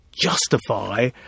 justify